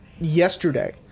yesterday